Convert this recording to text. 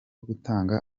gutanga